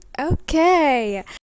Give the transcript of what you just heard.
okay